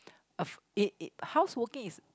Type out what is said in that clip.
a f~ i~ i~ houseworking is